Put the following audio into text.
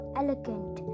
elegant